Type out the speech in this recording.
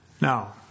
Now